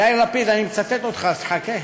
יאיר לפיד, אני מצטט אותך, אז חכה.